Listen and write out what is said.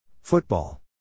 Football